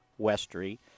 Westry